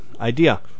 idea